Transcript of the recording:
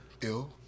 Ill